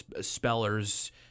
spellers